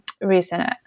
recent